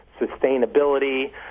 sustainability